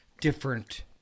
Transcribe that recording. different